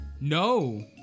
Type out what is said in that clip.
No